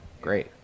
great